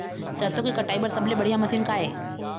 सरसों के कटाई बर सबले बढ़िया मशीन का ये?